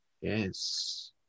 Yes